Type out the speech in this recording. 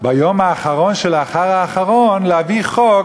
ביום האחרון שלאחר האחרון להביא חוק